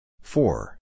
Four